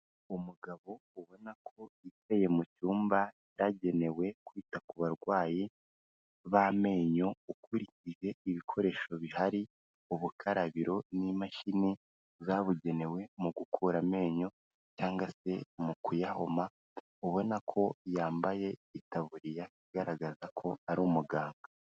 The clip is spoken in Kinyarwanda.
Umugabo ubona ko yicaye mu cyumba cyagenewe kwita ku barwayi b'amenyo, ukurikije ibikoresho bihari, ubukarabiro n'imashini zabugenewe mu gukura amenyo cyangwa se mu kuyahoma, ubona ko yambaye itaburiya igaragaza ko ari umuganga.